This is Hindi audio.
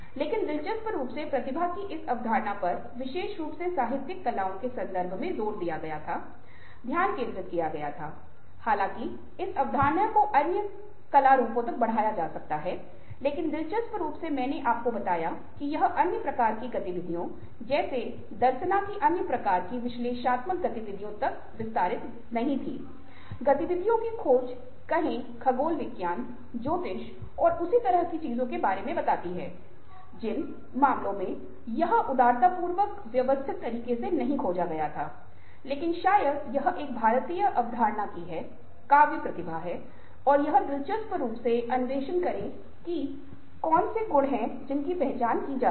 लेकिन दिलचस्प रूप से प्रतिभा की इस अवधारणा पर विशेष रूप से साहित्यिक कलाओं के संदर्भ में जोर दिया गया या ध्यान केंद्रित किया गया हालांकि इस अवधारणा को अन्य कला रूपों तक बढ़ाया जा सकता है लेकिन दिलचस्प रूप से मैंने आपको बताया कि यह अन्य प्रकार की गतिविधियों जैसे दर्सना कि अन्य प्रकार की विश्लेषणात्मक गतिविधियों तक विस्तारित नहीं थी गतिविधियों की खोज कहे खगोल विज्ञान ज्योतिष और उस तरह की चीजों के बारे में बताती है जिन मामलों में यह उदारतापूर्वक व्यवस्थित तरीके से नहीं खोजा गया था लेकिन शायद यह एक भारतीय अवधारणाकी है काव्य प्रतिभा है और यह दिलचस्प रूप से अन्वेषण करें कि वे कौन से गुण हैं जिनकी पहचान की जाती है